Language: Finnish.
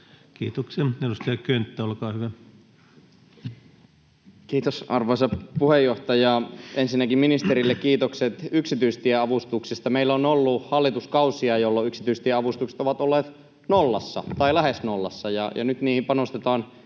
Time: 16:16 Content: Kiitos, arvoisa puheenjohtaja! Ensinnäkin ministerille kiitokset yksityistieavustuksista. Meillä on ollut hallituskausia, jolloin yksityistieavustukset ovat olleet nollassa tai lähes nollassa, ja nyt niihin panostetaan